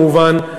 כמובן,